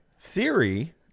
theory